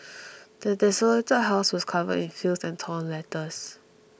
the desolated house was covered in filth and torn letters